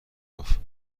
یافت